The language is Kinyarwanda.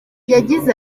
yagize